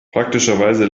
praktischerweise